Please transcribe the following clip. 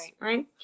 right